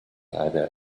either